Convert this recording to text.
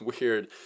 weird